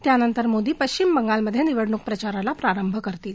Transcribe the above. त्यानंतर मोदी पश्चिम बंगालमधे निवडणूक प्रचाराला प्रारंभ करणार आहेत